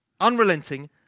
Unrelenting